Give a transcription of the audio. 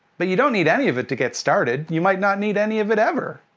but you don't need any of it to get started. you might not need any of it ever!